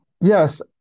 Yes